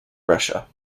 brescia